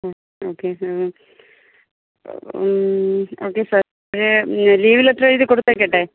okay sir okay sir പിന്നെ leave letter എഴുതി കൊടുത്തയക്കട്ടേ